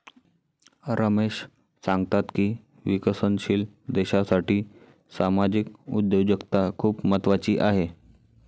रमेश सांगतात की विकसनशील देशासाठी सामाजिक उद्योजकता खूप महत्त्वाची आहे